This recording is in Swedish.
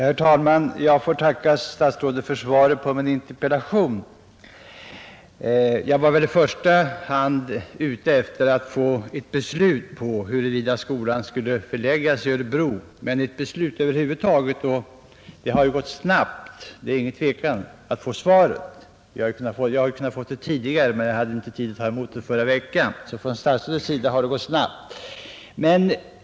Herr talman! Jag tackar herr utbildningsministern för svaret på min interpellation. I första hand var jag väl ute efter att få inte ett beslut om att skolan skulle förläggas till Örebro utan ett beslut över huvud taget. Det råder inget tvivel om att det har gått snabbt att få ett svar av statsrådet: Jag hade t.o.m. kunnat få det tidigare, men jag hade inte tid att ta emot det förra veckan.